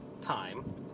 time